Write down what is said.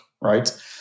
right